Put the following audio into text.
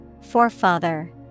forefather